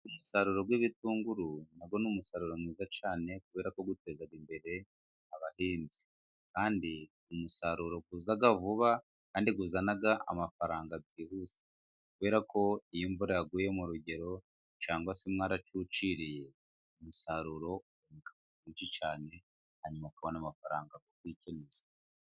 Umusaruro w'ibitunguru, nawo ni umusaruro mwiza cyane, kuberako uguteza imbere abahinzi kandi n'umusaruro uza vuba kandi uzana amafaranga byihuse, kubera ko iyo imvura yaguye mu rugero, cyangwa se mwarawuciriye, umusaruro mwinshi cyane, hanyuma ukabone amafaranga, yo kwikenuza.